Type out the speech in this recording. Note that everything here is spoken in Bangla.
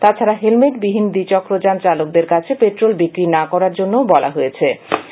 তাছাডা হেলমেটবিহীন দ্বিচক্র যান চালকদের কাছে পেট্রোল বিক্রি না করা জন্যও বলা হয়েছে